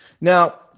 Now